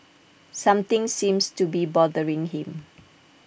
something seems to be bothering him